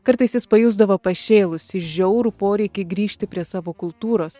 kartais jis pajusdavo pašėlusį žiaurų poreikį grįžti prie savo kultūros